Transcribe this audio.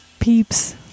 Peeps